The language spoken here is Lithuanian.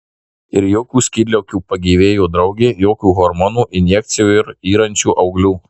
ir jokių skydliaukių pagyvėjo draugė jokių hormonų injekcijų ir yrančių auglių